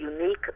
unique